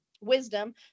wisdom